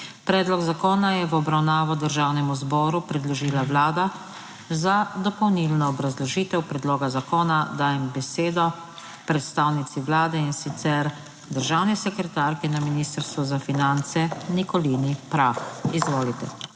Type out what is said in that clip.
Predlog zakona je v obravnavo Državnemu zboru predložila Vlada. Za dopolnilno obrazložitev predloga zakona dajem besedo predstavnici Vlade, in sicer državni sekretarki na Ministrstvu za finance, Nikolini Prah. Izvolite.